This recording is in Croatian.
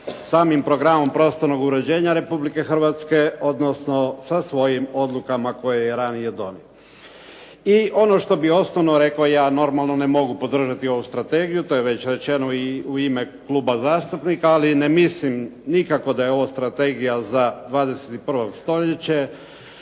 samim Programom prostornog uređenja Republike Hrvatske, odnosno sa svojim odlukama koje je ranije donio. I ono što bih osnovno rekao, ja normalno ne mogu podržati ovu strategiju, to je već rečeno i u ime kluba zastupnika, ali ne mislim nikako da je ovo strategija za 21. stoljeće.